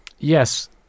Yes